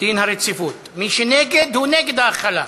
דין הרציפות, ומי שנגד הוא נגד ההחלה.